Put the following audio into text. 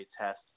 test